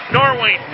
Norway